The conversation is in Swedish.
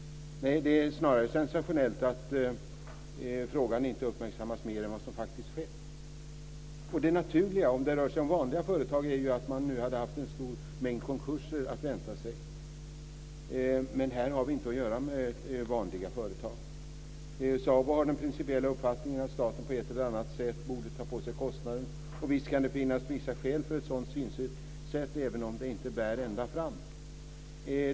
Nej, det är snarare sensationellt att frågan inte har uppmärksammats mer än vad som faktiskt har skett. Det naturliga - om det rör sig om vanliga företag - är att man nu hade haft en stor mängd konkurser att vänta sig. Men här har vi inte att göra med vanliga företag. SABO har den principiella uppfattningen att staten på ett eller annat sätt borde ta på sig kostnaden. Och visst kan det finnas vissa skäl för ett sådant synsätt, även om det inte bär ända fram.